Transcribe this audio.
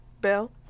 Bell